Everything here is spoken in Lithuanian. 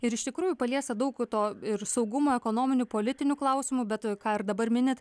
ir iš tikrųjų paliesta daug to ir saugumo ekonominių politinių klausimų bet ką ir dabar minit